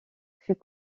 fut